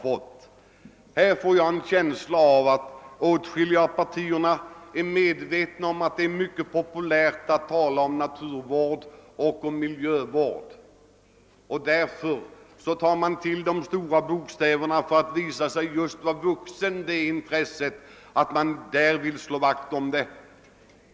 Jag har fått en känsla av att åtskilliga av partierna är medvetna om att det är mycket populärt att tala om naturoch miljövård, och därför tar man till de stora orden för att visa att man kan leva upp till det intresset och att man vill slå vakt om naturen.